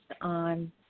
on